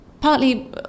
partly